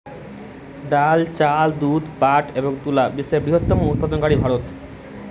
ডাল, চাল, দুধ, পাট এবং তুলা বিশ্বের বৃহত্তম উৎপাদনকারী ভারত